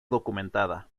documentada